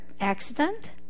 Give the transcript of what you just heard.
accident